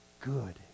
good